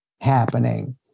happening